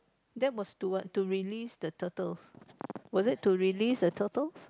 that was to what to release the turtles was it to release the turtles